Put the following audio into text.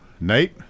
Nate